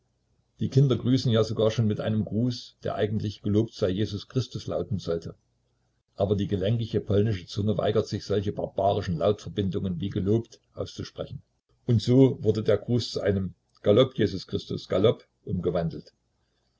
die kinder grüßen ja sogar schon mit einem gruß der eigentlich gelobt sei jesus christus lauten sollte aber die gelenkige polnische zunge weigert sich solche barbarische laut verbindung wie gelobt auszusprechen und so wurde der gruß zu einem galopp jesus christus galopp umgewandelt